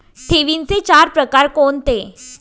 ठेवींचे चार प्रकार कोणते?